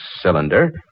cylinder